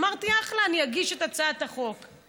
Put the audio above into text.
אמרתי: אחלה, אני אגיש את הצעת החוק.